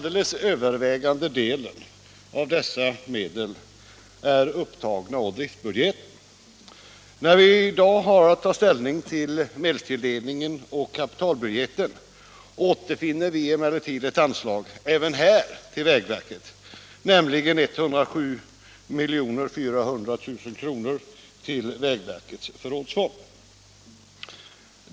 Den övervägande delen av dessa medel är upptagna på driftbudgeten. När vi i dag har att ta ställning till medelstilldelningen på kapitalbudgeten återfinner vi emellertid även här ett anslag till vägverket, nämligen 107 400 000 kr. till förrådsfonden.